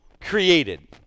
created